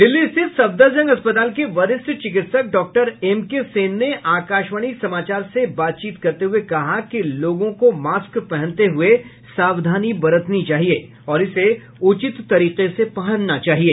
दिल्ली स्थित सफदरजंग अस्पताल के वरिष्ठ चिकित्सक डॉक्टर एम के सेन ने आकाशवाणी समाचार से बात करते हुए कहा कि लोगों को मास्क पहनते हुए सावधानी बरतनी चाहिए और इसे उचित तरीके से पहनना चाहिए